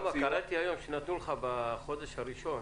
למה, קראתי היום שבחודש הראשון